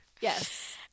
Yes